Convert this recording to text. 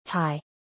Hi